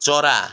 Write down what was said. चरा